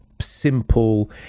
simple